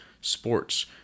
sports